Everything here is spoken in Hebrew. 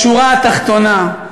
בשורה התחתונה,